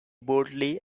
boldly